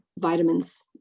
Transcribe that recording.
vitamins